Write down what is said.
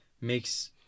makes